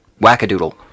wackadoodle